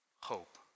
hope